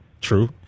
True